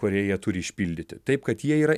kurie ją turi išpildyti taip kad jie yra